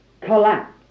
collapse